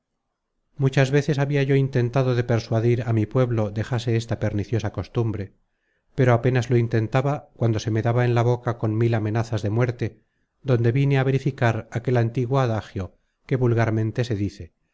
muchas veces habia yo intentado de persuadir á mi pueblo dejase esta perniciosa costumbre pero apenas lo intentaba cuando se me daba en la boca con mil amenazas de muerte donde vine a verificar aquel antiguo adagio que vulgarmente se dice que